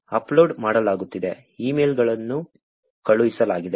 upload ಮಾಡಲಾಗುತ್ತಿದೆ ಇಮೇಲ್ಗಳನ್ನು ಕಳುಹಿಸಲಾಗಿದೆ